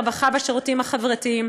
הרווחה והשירותים החברתיים,